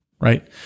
right